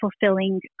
fulfilling